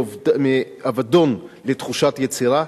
מאבדון לתחושת יצירה.